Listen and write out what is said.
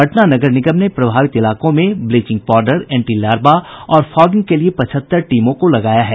पटना नगर निगम ने प्रभावित इलाकों में ब्लींचिग पाउडर एंटी लार्वा और फॉगिंग के लिए पहचहत्तर टीमों को लगाया है